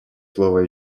слово